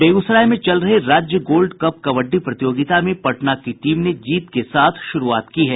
बेगूसराय में चल रहे राज्य गोल्ड कप कबड्डी प्रतियोगिता में पटना की टीम ने जीत के साथ शुरूआत की है